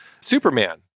Superman